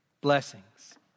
blessings